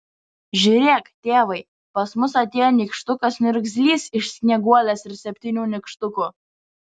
žiūrėk tėvai pas mus atėjo nykštukas niurzglys iš snieguolės ir septynių nykštukų